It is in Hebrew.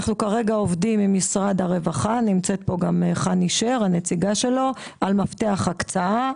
אנחנו כרגע עובדים עם משרד הרווחה על מפתח הקצאה.